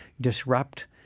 disrupt